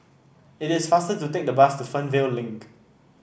it is faster to take the bus to Fernvale Link